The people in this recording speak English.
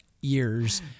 years